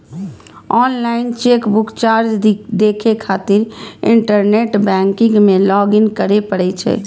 online chequebook charge देखै खातिर internet banking मे लॉग इन करै पड़ै छै